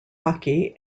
hockey